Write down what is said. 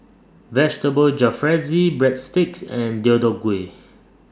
Vegetable Jalfrezi Breadsticks and Deodeok Gui